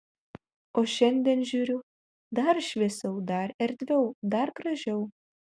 o šiandien žiūriu dar šviesiau dar erdviau dar gražiau